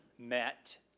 met,